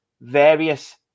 various